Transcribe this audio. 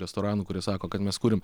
restoranų kurie sako kad mes kuriam